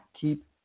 keep